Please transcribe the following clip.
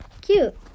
cute